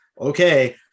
okay